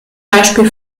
beispiel